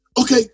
okay